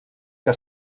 que